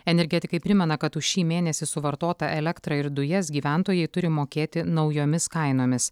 energetikai primena kad už šį mėnesį suvartotą elektrą ir dujas gyventojai turi mokėti naujomis kainomis